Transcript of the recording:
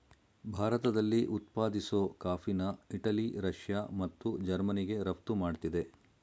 ಭಾರತದಲ್ಲಿ ಉತ್ಪಾದಿಸೋ ಕಾಫಿನ ಇಟಲಿ ರಷ್ಯಾ ಮತ್ತು ಜರ್ಮನಿಗೆ ರಫ್ತು ಮಾಡ್ತಿದೆ